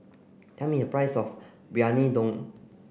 tell me the price of Briyani Dum